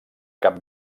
cap